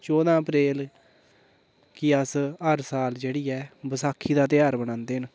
चौदां अप्रैल गी अस हर साल जेह्ड़ी ऐ बसाखी दा धेयार मनांदे न